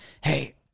Hey